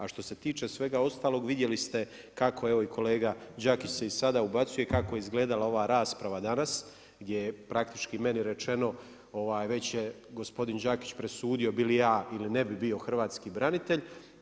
A što se tiče svega ostalog vidjeli ste, kako je evo i kolega Đakić se i sada ubacuje, kako je izgledala ova rasprava danas, gdje je praktički meni rečeno, već je gospodin Đakić presudio bi li ja ili ne bi bio hrvatski branitelj.